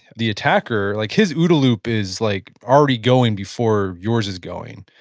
the attacker, like his ooda loop is like already going before yours is going,